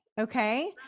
Okay